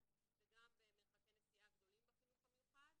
וגם במרחקי נסיעה גדולים בחינוך המיוחד.